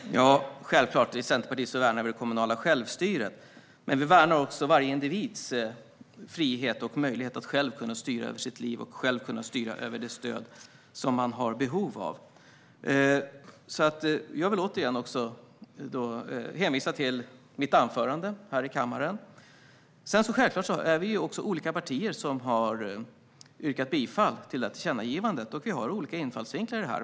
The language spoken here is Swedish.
Herr talman! Självklart värnar vi i Centerpartiet det kommunala självstyret, men vi värnar också varje individs frihet och möjlighet att själv styra över sitt liv och själv styra över det stöd man har behov av. Jag hänvisar återigen till mitt anförande i kammaren. Det är självklart olika partier som har yrkat bifall till tillkännagivandet, och vi har olika infallsvinklar.